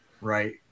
right